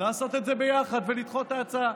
לעשות את זה ביחד ולדחות את ההצבעה.